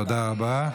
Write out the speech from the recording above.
תודה רבה.